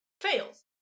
fails